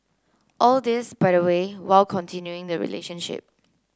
all this by the way while continuing the relationship